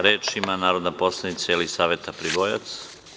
Reč ima narodna poslanica Jelisaveta Pribojac.